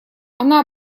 она